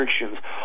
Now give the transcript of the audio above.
restrictions